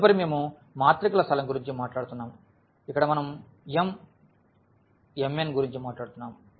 తదుపరిది మేము మాత్రికల స్థలం గురించి మాట్లాడుతున్నాము ఇక్కడ మనం Mm⋅n గురించి మాట్లాడుతున్నాము